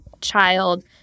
child